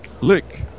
lick